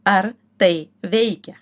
ar tai veikia